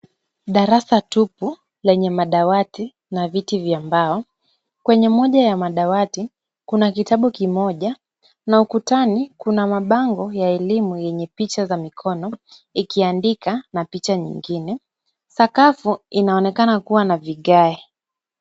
Darasa tupu lenye madawati na viti vya mbao. Kwenye moja ya madawati kuna kitabu kimoja na ukutani kuna mabango ya elimu yenye picha za mikono ikiandika na picha nyingine. Sakafu inaonekana kuwa na vigae.